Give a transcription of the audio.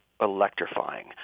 electrifying